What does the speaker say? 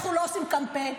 אנחנו לא עושים קמפיין.